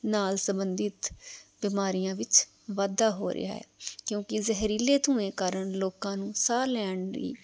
ਨਾਲ ਸੰਬੰਧਿਤ ਬਿਮਾਰੀਆਂ ਵਿੱਚ ਵਾਧਾ ਹੋ ਰਿਹਾ ਹੈ ਕਿਉਂਕਿ ਜ਼ਹਿਰੀਲੇ ਧੂੰਏ ਕਾਰਨ ਲੋਕਾਂ ਨੂੰ ਸਾਹ ਲੈਣ ਲਈ